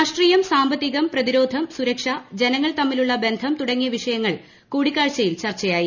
രാഷ്ട്രീയം സാമ്പത്തികം പ്രതിരോധം സുരക്ഷ ജനങ്ങൾ തമ്മിലുള്ള ബന്ധം തുടങ്ങിയ വിഷയങ്ങൾ കൂടിക്കാഴ്ചയിൽ ചർച്ചയായി